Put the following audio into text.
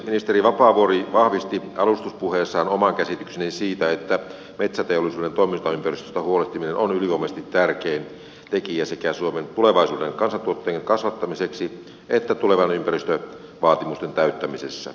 ministeri vapaavuori vahvisti alustuspuheessaan oman käsitykseni siitä että metsäteollisuuden toimintaympäristöstä huolehtiminen on ylivoimaisesti tärkein tekijä sekä suomen tulevaisuuden kansantuotteen kasvattamiseksi että tulevien ympäristövaatimusten täyttämisessä